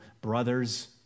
brothers